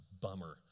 bummer